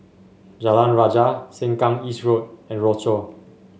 Jalan Rajah Sengkang East Road and Rochor